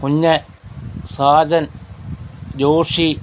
Kunjan Sajan Joshi